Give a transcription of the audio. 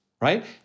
right